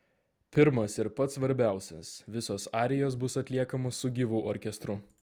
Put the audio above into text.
pirmas ir pats svarbiausias visos arijos bus atliekamos su gyvu orkestru